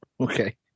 Okay